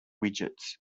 widgets